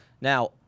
Now